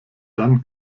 dann